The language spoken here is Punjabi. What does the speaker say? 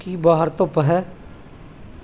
ਕੀ ਬਾਹਰ ਧੁੱਪ ਹੈ